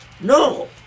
No